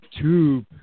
tube